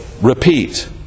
repeat